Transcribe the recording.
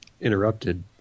interrupted